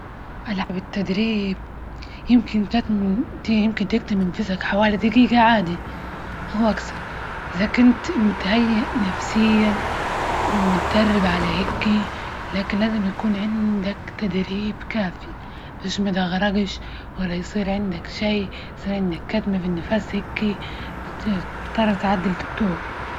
ألعب التدريب يمكن كتم يمكن تكتم نفسك حوالي دجيجة عادي، أو أكثر، إذا كنت متهيأ نفسيا ومدرب على هيكي، لكن لازم يكون عندك تدريب كافي، بش ما تغرجش ولا يصير عندك شي، يصير عندك كتمة في النفس، هيكي تضطر تعدى لدكتور.